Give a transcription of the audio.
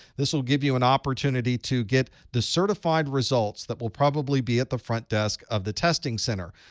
this will give you an opportunity to get the certified results that will probably be at the front desk of the testing center.